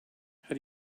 how